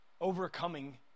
overcoming